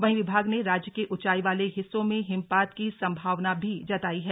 वहीं विभाग ने राज्य के ऊंचाई वाले हिस्सों में हिमपात की संभावना भी जताई है